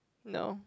no